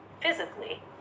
physically